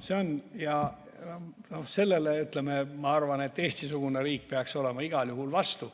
suureneb. Sellele, ma arvan, et Eesti-sugune riik peaks olema igal juhul vastu.